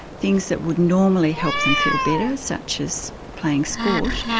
things that would normally help them feel better, such as playing sport,